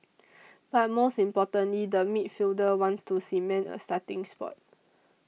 but most importantly the midfielder wants to cement a starting spot